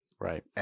Right